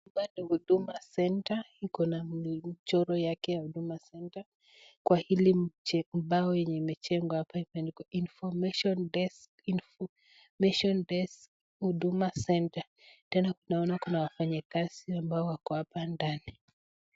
Hapa ni Huduma Center, Iko na mchoro yake wa Huduma Center . Kwa hili mbao enye imewekwa hapa, imeandikwa information desk huduma Centre. Tena tunaona kuwa Kuna wafanyekasi wenye waki hapa ndani.